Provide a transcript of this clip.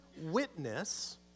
witness